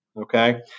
Okay